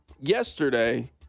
Yesterday